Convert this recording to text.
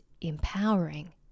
empowering